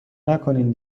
نکنین